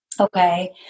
Okay